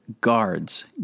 guards